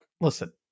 Listen